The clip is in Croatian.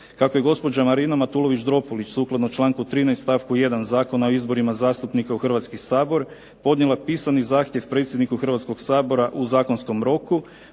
Kako je gospođa Marina Matulović Dropulić sukladno članku 13. stavku 1. Zakona o izborima zastupnika u Hrvatski sabor podnijela pisani zahtjev predsjedniku Hrvatskog sabora u zakonskom roku